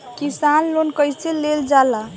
किसान लोन कईसे लेल जाला?